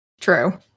True